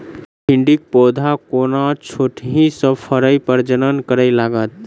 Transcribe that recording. भिंडीक पौधा कोना छोटहि सँ फरय प्रजनन करै लागत?